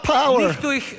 power